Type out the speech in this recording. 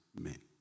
men